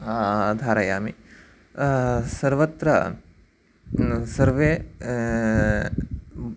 धारयामि सर्वत्र सर्वे